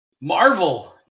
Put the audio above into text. Marvel